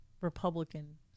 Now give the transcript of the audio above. Republican